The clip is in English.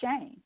shame